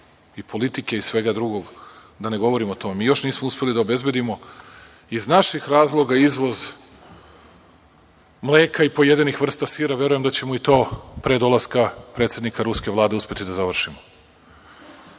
i politike i svega drugog, da ne govorim o tome. Mi još nismo uspeli da obezbedimo iz naših razloga izvoz mleka i pojedinih vrsta sira. Verujem da ćemo i to pre dolaska predsednika ruske vlade uspeti da završimo. Imamo